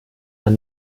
man